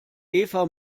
eva